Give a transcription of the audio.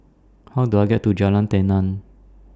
How Do I get to Jalan Tenang